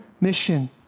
mission